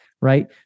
right